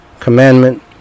commandment